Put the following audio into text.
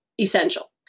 essential